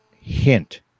hint